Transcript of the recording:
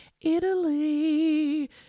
Italy